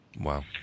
Wow